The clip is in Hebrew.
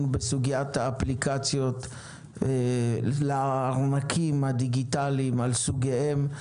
בסוגיית האפליקציות ל --- הדיגיטליים על סוגיהם,